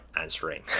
answering